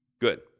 good